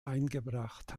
eingebracht